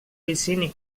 licini